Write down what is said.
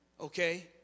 okay